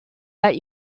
that